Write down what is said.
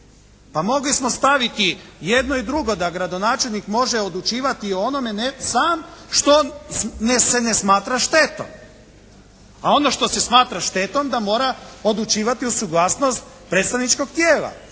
Pa mogli smo staviti jedno i drugo. Da gradonačelnik može odlučivati o onome … /Govornik se ne razumije./ … sam što se ne smatra štetom. A ono što se smatra štetom da mora odlučivati uz suglasnost predstavničkog tijela.